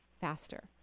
faster